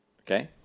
Okay